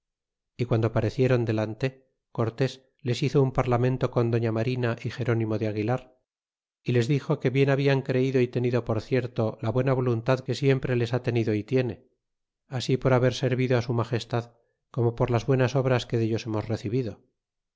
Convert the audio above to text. y guando parecieron delante cortés les hizo un parlamento con doña marina y gerónimo de aguilar y les dixo que bien habían creído y tenido por cierto la buena voluntad que siempre les ha tenido y tiene así por haber servido su magestad como por las buenas obras que dellns hemos recebido